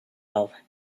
love